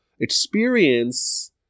experience